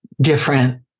different